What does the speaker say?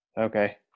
Okay